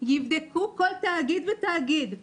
יבדקו כל תאגיד ותאגיד,